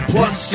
Plus